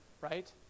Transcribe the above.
Right